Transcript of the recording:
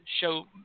show